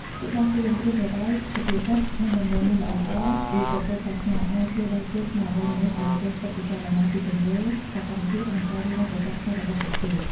ពាក្យដាស់តឿន ប្រៀនប្រដៅ សុភាសិត និងដំបូន្មានល្អៗពីព្រះពុទ្ធសាសនា អាចជួយដាស់តឿនស្មារតីមនុស្សឱ្យចេះគិតពិចារណាពីទង្វើ សកម្មភាព និងការរស់នៅប្រចាំថ្ងៃរបស់ពួកគេ។